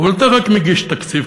אבל אתה רק מגיש תקציב,